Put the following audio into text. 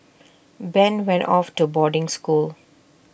Ben went off to boarding school